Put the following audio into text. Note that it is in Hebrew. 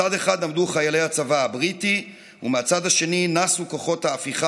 מצד אחד עמדו חיילי הצבא הבריטי ומהצד השני נסו כוחות ההפיכה